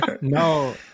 no